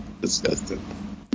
Disgusting